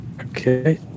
okay